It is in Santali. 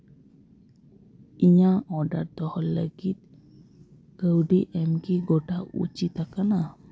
ᱤᱧᱟᱹᱜ ᱚᱰᱟᱨ ᱫᱚᱦᱚ ᱞᱟᱹᱜᱤᱫ ᱠᱟᱹᱣᱰᱤ ᱮᱢ ᱜᱮ ᱜᱚᱴᱟ ᱩᱪᱤᱛᱟᱠᱟᱱᱟ